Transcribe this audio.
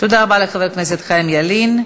תודה רבה לחבר הכנסת חיים ילין.